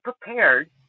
prepared